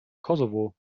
kosovo